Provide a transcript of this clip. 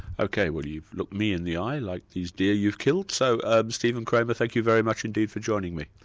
ok, well you've looked me in the eye like these deer you've killed, so ah steve and kramer, thank you very much indeed for joining me.